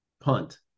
punt